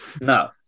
no